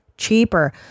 Cheaper